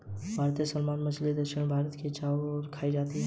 भारतीय सालमन मछली दक्षिण भारत में बड़े चाव से खाई जाती है